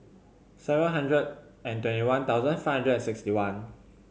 seven hundred and twenty one thousand five hundred and sixty one